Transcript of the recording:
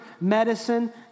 medicine